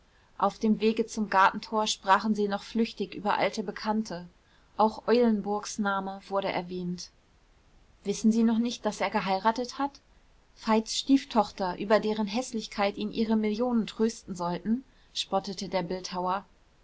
auf dem wege zum gartentor sprachen sie noch flüchtig über alte bekannte auch eulenburgs name wurde erwähnt wissen sie noch nicht daß er geheiratet hat veits stieftochter über deren häßlichkeit ihn ihre millionen trösten sollten spottete der bildhauer